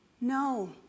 no